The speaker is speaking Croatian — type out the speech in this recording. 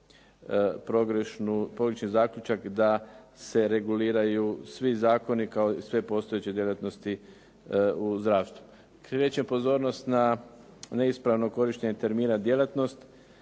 pogrešni zaključak da se reguliraju svi zakoni kao i sve postojeće djelatnosti u zdravstvu. Skrećem pozornost na neispravno korištenje termina djelatnost